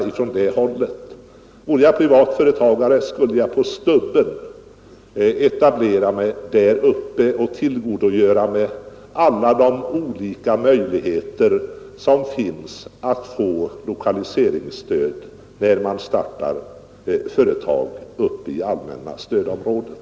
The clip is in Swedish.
Vore jag privat företagare skulle jag på stubben etablera mig där uppe och tillgodogöra mig alla de olika möjligheter som finns att få lokaliseringsstöd när man startar företag i allmänna stödområdet.